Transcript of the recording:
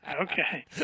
Okay